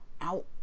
out